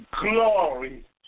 glory